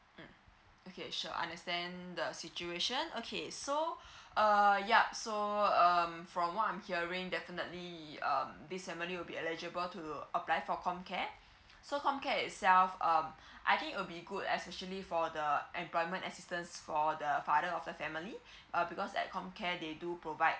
mm okay sure understand the situation okay so uh ya so um from what I'm hearing definitely um this family will be eligible to apply for com care so com care itself um I think it'll be good especially for the employment assistance for the father of the family uh because at com care they do provide